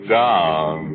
down